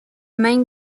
main